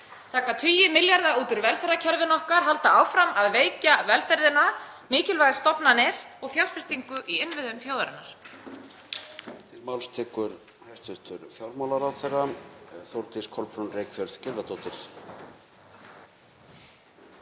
taka tugi milljarða út úr velferðarkerfinu okkar, halda áfram að veikja velferðina, mikilvægar stofnanir og fjárfestingu í innviðum þjóðarinnar?